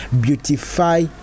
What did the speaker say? beautify